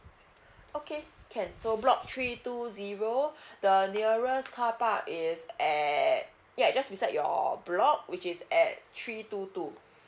okay can so block three two zero the nearest car park is at ya just beside your block which is at three two two